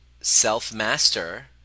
self-master